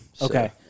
Okay